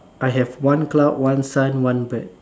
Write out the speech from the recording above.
I have one cloud one sun one bird